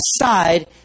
aside